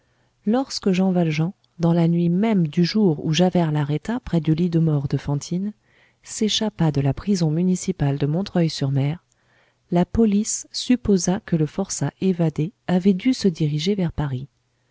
lorsque jean valjean dans la nuit même du jour où javert l'arrêta près du lit de mort de fantine s'échappa de la prison municipale de montreuil sur mer la police supposa que le forçat évadé avait dû se diriger vers paris